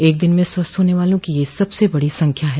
एक दिन में स्वस्थ होने वालों की यह सबसे बड़ी संख्या है